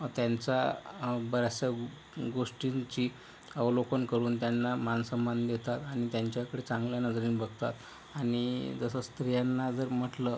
त्यांचा बऱ्याचशा गोष्टींची अवलोकन करून त्यांना मानसन्मान देतात आणि त्यांच्याकडे चांगल्या नजरेने बघतात आणि जसं स्त्रियांना जर म्हटलं